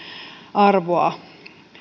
arvoa